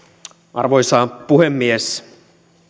arvoisa puhemies